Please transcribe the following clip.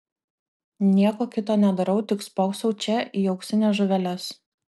nieko kito nedarau tik spoksau čia į auksines žuveles